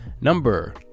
number